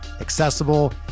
accessible